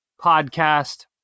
podcast